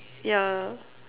yeah